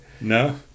No